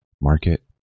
market